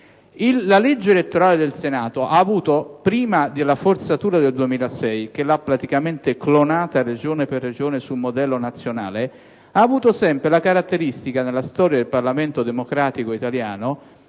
La legge elettorale del Senato, prima della forzatura del 2006 che l'ha praticamente clonata - regione per regione - sul modello nazionale, ha avuto sempre nella storia del Parlamento democratico